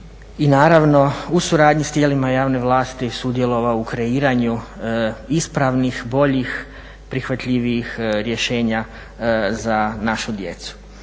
i naravno u suradnji sa tijelima javne vlasti sudjelovao u kreiranju ispravnih, boljih, prihvatljivijih rješenja za našu djecu.